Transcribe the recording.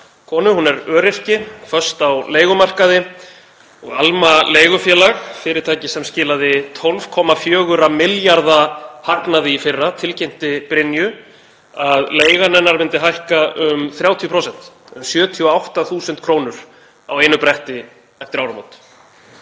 konu. Hún er öryrki föst á leigumarkaði og Alma leigufélag, fyrirtæki sem skilaði 12,4 milljarða hagnaði í fyrra, tilkynnti Brynju að leigan hennar myndi hækka um 30%, 78.000 kr. á einu bretti eftir áramót.